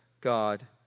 God